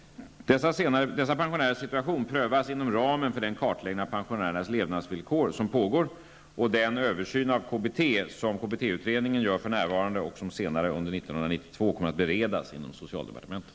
Dessa pensionärers situation prövas inom ramen för den kartläggning av pensionärernas levnadsvillkor som pågår och den KBT-översyn som sker och som senare under 1992 kommer att beredas inom socialdepartementet.